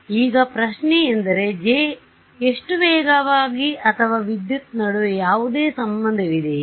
ಈಗ ಪ್ರಶ್ನೆಯೆಂದರೆ J ಎಷ್ಟು ವೇಗವಾಗಿ ಅಥವಾ ವಿದ್ಯುತ್ ನಡುವೆ ಯಾವುದೇ ಸಂಬಂಧವಿದೆಯೇ